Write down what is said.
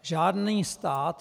Žádný stát...